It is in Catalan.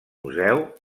museu